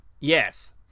Yes